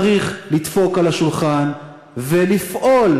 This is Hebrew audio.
צריך לדפוק על השולחן ולפעול,